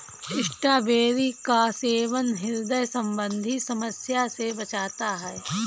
strawberry का सेवन ह्रदय संबंधी समस्या से बचाता है